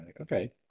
Okay